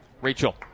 Rachel